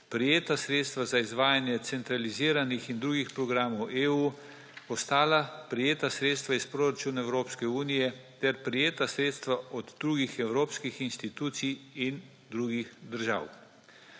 prejeta sredstva za izvajanje centraliziranih in drugih programov EU, ostala prejeta sredstva iz proračuna Evropske unije ter prejeta sredstva od drugih evropskih institucij in drugih držav.